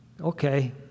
Okay